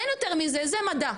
אין יותר מזה, זה מדע.